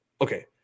Okay